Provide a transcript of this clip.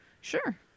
Sure